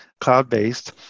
cloud-based